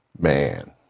Man